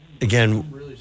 Again